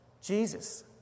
Jesus